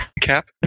Cap